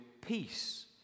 peace